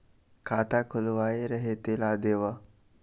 खाता खुलवाय रहे तेला देव?